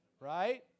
right